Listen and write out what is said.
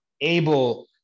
able